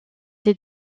des